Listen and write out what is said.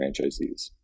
franchisees